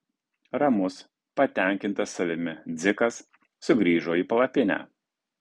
ramus patenkintas savimi dzikas sugrįžo į palapinę